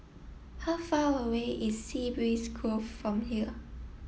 how far away is Sea Breeze Grove from here